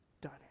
done